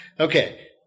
Okay